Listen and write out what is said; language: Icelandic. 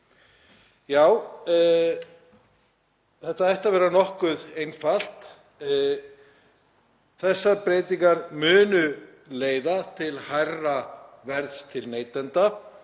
Já, þetta ætti að vera nokkuð einfalt. Þessar breytingar munu leiða til hærra verðs til neytenda